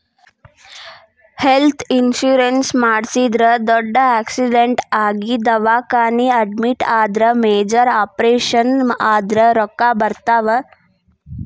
health insurance ಮಾಡಿಸಿದ್ರ ದೊಡ್ಡ್ accident ಆಗಿ ದವಾಖಾನಿ ಅಡ್ಮಿಟ್ ಆದ್ರ ಮೇಜರ್ ಆಪರೇಷನ್ ಆದ್ರ ರೊಕ್ಕಾ ಬರ್ತಾವ